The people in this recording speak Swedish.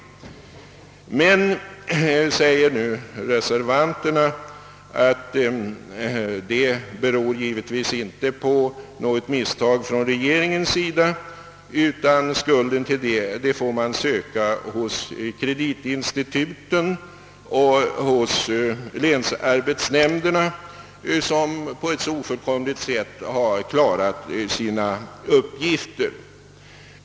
Men, säger nu reservanterna, det beror givetvis inte på något misstag från regeringens sida, utan skulden härför får man söka hos kreditinstituten och hos länsarbetsnämnderna, som på ett så ofullkomligt sätt har skött sina uppgifter.